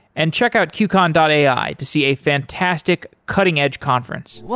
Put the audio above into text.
and check out qcon and ai to see a fantastic cutting-edge conference